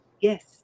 Yes